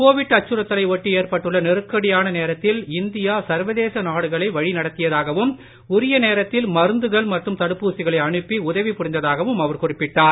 Covid அச்சுறுத்தலை ஒட்டி ஏற்பட்டுள்ள நெருக்கடியான நேரத்தில் இந்தியா சர்வதேச நாடுகளை வழிநடத்தியதாகவும் உரிய நேரத்தில் மருந்துகள் மற்றும் தடுப்பூசிகளை அனுப்பி உதவி புரிந்ததாகவும் அவர் குறிப்பிட்டார்